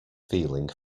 feeling